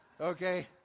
okay